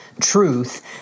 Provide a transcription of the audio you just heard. truth